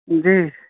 جی